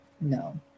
No